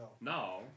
Now